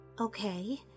Okay